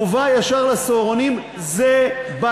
מובא ישר ל"סהרונים" זה לא נכון,